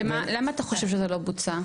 ומה, למה אתה חושב שזה לא בוצע?